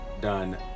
done